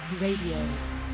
Radio